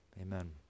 amen